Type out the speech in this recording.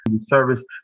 service